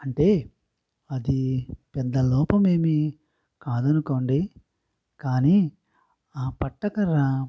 అంటే అది పెద్ద లోపం ఏమీ కాదు అనుకోండి కానీ ఆ పట్టకర